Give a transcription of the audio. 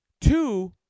Two